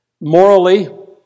morally